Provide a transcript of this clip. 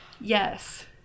Yes